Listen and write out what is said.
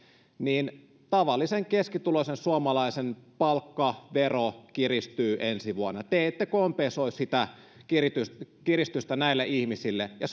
tavallisen keskituloisen suomalaisen palkkavero kiristyy ensi vuonna te ette kompensoi sitä kiristystä kiristystä näille ihmisille ja